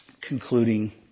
concluding